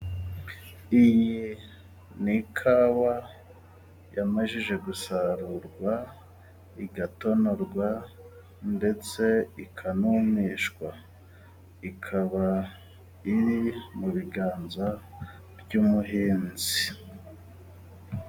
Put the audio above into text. Iyi ni ikawa yamajije gusarurwa. igatonorwa ndetse ikanumishwa. Ikaba iri mu biganza by'umuhinzi.